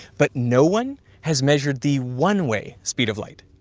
but no one has measured the one-way speed of light.